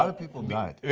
ah ah people died.